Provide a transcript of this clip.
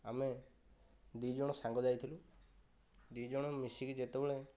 ଆମେ ଦି ଜଣ ସାଙ୍ଗ ଯାଇଥିଲୁ ଦି ଜଣ ମିଶିକି ଯେତେବଳେ